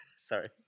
Sorry